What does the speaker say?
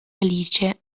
alice